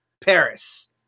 Paris